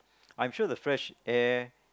I'm sure the fresh air